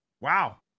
Wow